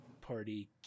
party